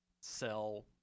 sell